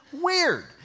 weird